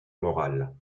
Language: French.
morale